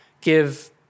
give